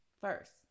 First